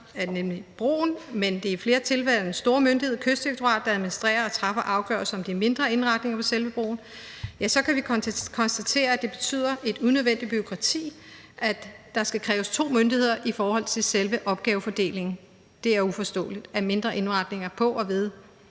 nemlig broen, men den store myndighed, Kystdirektoratet, der administrerer og træffer afgørelse om de mindre indretninger ved selve broen, kan vi konstatere, at det betyder et unødvendigt bureaukrati, at der skal kræves to myndigheder i forhold til selve opgavefordelingen. Det er uforståeligt, at mindre indretninger på og ved